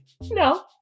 No